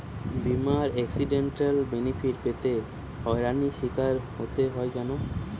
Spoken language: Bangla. বিমার এক্সিডেন্টাল বেনিফিট পেতে হয়রানির স্বীকার হতে হয় কেন?